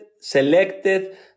selected